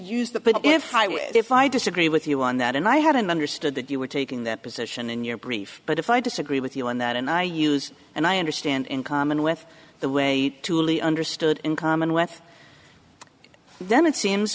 use the if highway if i disagree with you on that and i hadn't understood that you were taking that position in your brief but if i disagree with you on that and i use and i understand in common with the way to really understood in common with them it seems